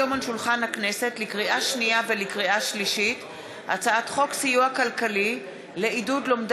ובסעיפים מהצעת חוק ההסדרים בדבר תיקוני